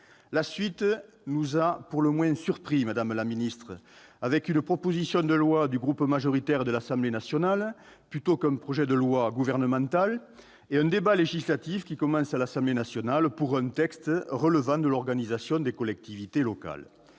La suite nous a pour le moins surpris, avec une proposition de loi du groupe majoritaire de l'Assemblée nationale plutôt qu'un projet de loi gouvernemental et un débat législatif qui commence à l'Assemblée nationale pour un texte relevant de l'organisation des collectivités locales.